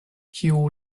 kiu